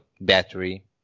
battery